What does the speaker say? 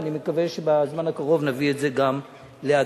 ואני מקווה שבזמן הקרוב נביא את זה גם להצבעה.